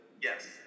yes